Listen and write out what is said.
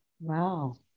Wow